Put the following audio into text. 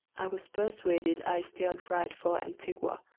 i was persuaded i steered right for antigua,